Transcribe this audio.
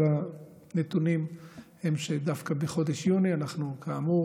אבל הנתונים הם שדווקא בחודש יוני אנחנו, כאמור,